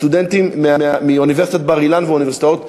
סטודנטים מאוניברסיטת בר-אילן ואוניברסיטאות אחרות.